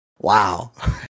Wow